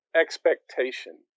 expectation